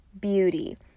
beauty